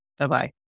Bye-bye